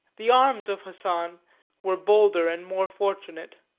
the arms of hassan were bolder and more fortunate